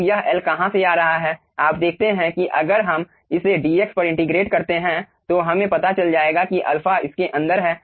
अब यह L कहां से आ रहा है आप देखते हैं कि अगर हम इसे dx पर इंटिग्रेटे करते हैं तो हमें पता चल जाएगा कि अल्फा इसके अंदर हैं